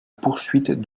poursuite